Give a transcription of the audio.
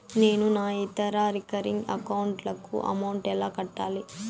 నేను నా ఇతర రికరింగ్ అకౌంట్ లకు అమౌంట్ ఎలా కట్టాలి?